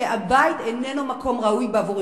שהבית איננו מקום ראוי בעבורו,